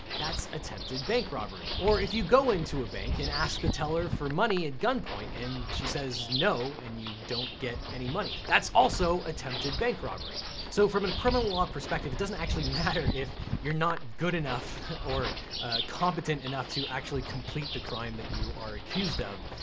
that's attempted bank robbery. or if you go into a bank and ask the teller for money at gunpoint and she says no and you don't get any money, that's also attempted bank robbery. so from a criminal law perspective, it doesn't actually matter if you're not good enough or competent enough to actually complete the crime that you are accused of,